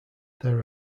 there